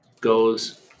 goes